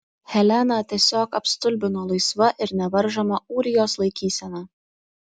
heleną tiesiog apstulbino laisva ir nevaržoma ūrijos laikysena